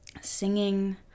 singing